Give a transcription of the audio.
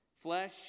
Flesh